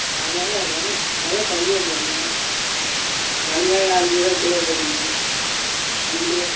அதனால் விலை விலை கம்மியாக போடுங்கள் வெங்காயம் அஞ்சு கிலோ கிலோ போட்டுக்கோங்க அஞ்சு கிலோ